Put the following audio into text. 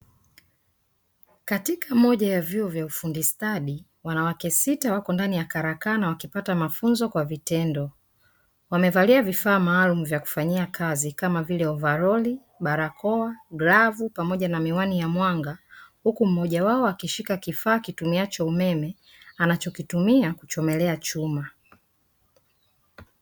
Katika moja ya vyuo vya ufundi stadi wanawake sita wako ndani ya Karakana wakipata mafunzo kwa vitendo. Wamevalia vifaa maalumu vya kufanyia kazi kama vile: ovaroli, barakoa, glavu pamoja na miwani ya mwanga; huku mmoja wao akishika kifaa kitumiacho umeme anachokitumia kuchomelea chuma.